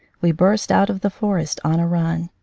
we burst out of the forest on a run.